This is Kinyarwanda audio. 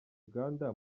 uganda